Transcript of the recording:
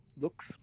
looks